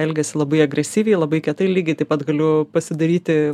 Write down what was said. elgiasi labai agresyviai labai kietai lygiai taip pat galiu pasidaryti